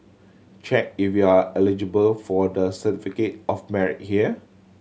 check if you are eligible for the Certificate of Merit here